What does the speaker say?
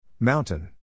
Mountain